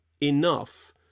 enough